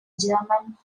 german